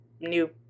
new